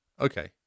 Okay